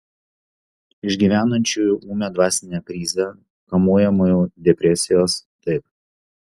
išgyvenančiųjų ūmią dvasinę krizę kamuojamųjų depresijos taip